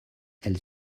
elle